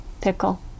Pickle